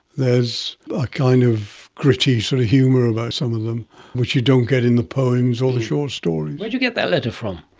there's a kind of gritty sort of humour about some of them which you don't get in the poems or the short stories. where did you get that letter from?